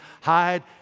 Hide